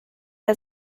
der